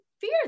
fear